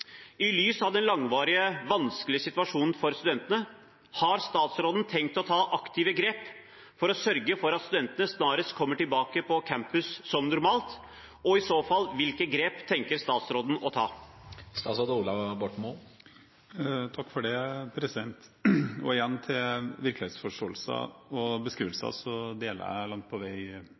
I lys av den langvarige, vanskelige situasjonen for studentene, har statsråden tenkt å ta aktive grep for å sørge for at studentene snarest kommer tilbake på campus som normalt? Og i så fall: Hvilke grep tenker statsråden å ta? Når det gjelder virkelighetsforståelsen og beskrivelsen, deler jeg langt på vei det